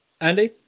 Andy